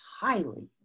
highly